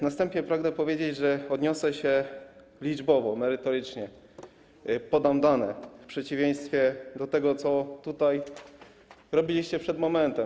Na wstępie pragnę powiedzieć, że odniosę się liczbowo, merytorycznie, podam dane, w przeciwieństwie do tego, co tutaj robiliście przed momentem.